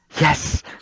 yes